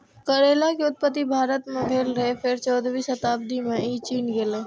करैला के उत्पत्ति भारत मे भेल रहै, फेर चौदहवीं शताब्दी मे ई चीन गेलै